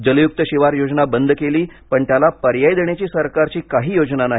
जलयुक्त शिवार योजना बंद केली पण त्याला पर्याय देण्याची सरकारची काही योजना नाही